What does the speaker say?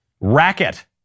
racket